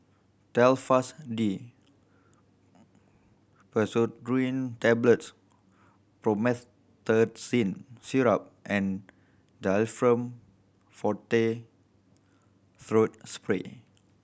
Telfast D Pseudoephrine Tablets Promethazine Syrup and Difflam Forte Throat Spray